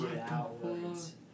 outwards